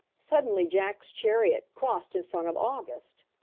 suddenly jack's chariot crossed in front of august.